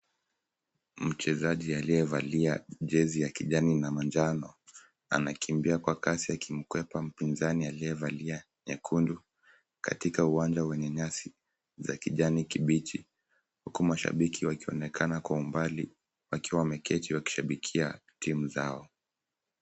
Mchezaji aliyevalia jezi ya kijani na manjano anakimbia kwa kasi akimkwepa mpinzani aliyevalia nyekundu katika uwanja wenye nyasi, za kijani kibichi. Huku mashabiki wakionekana kwa umbali wakiwa wameketi wakishabikia timu zao.